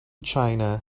china